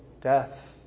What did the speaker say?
death